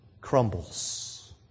crumbles